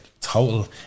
total